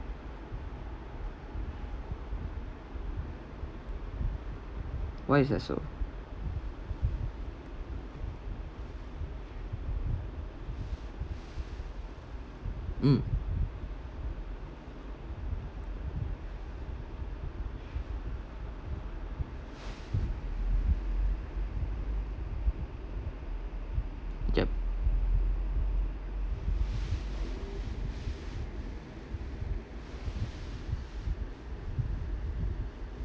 why's that so mm yup